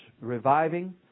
reviving